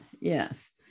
yes